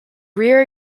rear